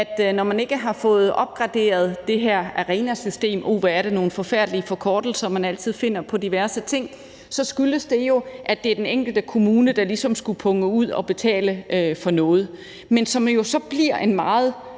det, når man ikke har fået opgraderet det her ARENA-system – uh, hvor er det nogle forfærdelige forkortelser, man altid finder på til diverse ting – jo så skyldes, at det er den enkelte kommune, der ligesom skulle punge ud og betale for noget, men hvor det jo så bliver en meget